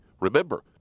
Remember